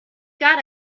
got